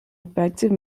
effective